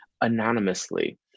anonymously